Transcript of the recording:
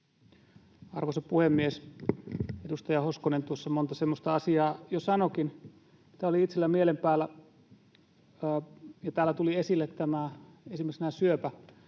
Arvoisa puhemies! Edustaja Hoskonen tuossa monta semmoista asiaa jo sanoikin, mitä oli itsellä mielen päällä. Täällä tulivat esille esimerkiksi nämä